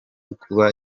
kuba